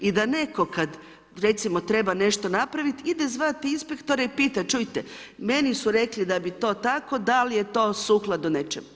I da netko kad recimo treba nešto napraviti ide zvati inspektora i pita, čujte meni su rekli da bi to tako, da li je to sukladno nečemu.